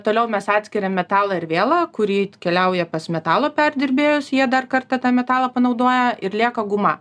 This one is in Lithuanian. toliau mes atskiriam metalą ir vielą kuri keliauja pas metalo perdirbėjus jie dar kartą tą metalą panaudoja ir lieka guma